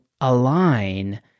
align